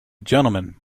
gentleman